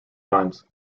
times